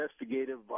investigative